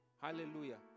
Hallelujah